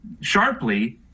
sharply